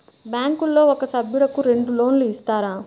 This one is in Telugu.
బ్యాంకులో ఒక సభ్యుడకు రెండు లోన్లు ఇస్తారా?